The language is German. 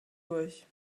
durch